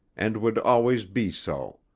and would always be so.